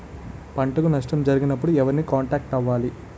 పంటకు నష్టం జరిగినప్పుడు ఎవరిని కాంటాక్ట్ అవ్వాలి?